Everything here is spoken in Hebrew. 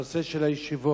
הנושא של הישיבות,